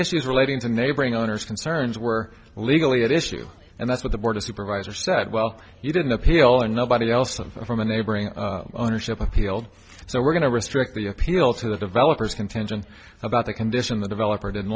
issues relating to neighboring owners concerns were legally at issue and that's what the board of supervisor said well he didn't appeal and nobody else than from a neighboring ownership appealed so we're going to restrict the appeal to the developers contention about the condition the developer didn't